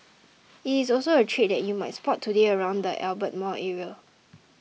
it is also a trade that you might spot today around the Albert Mall area